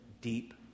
deep